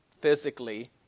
physically